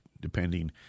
depending